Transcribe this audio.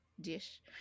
dish